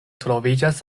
troviĝis